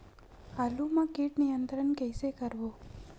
आलू मा कीट नियंत्रण कइसे करबो?